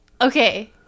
Okay